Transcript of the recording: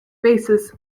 basis